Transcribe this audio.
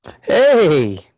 Hey